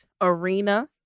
arena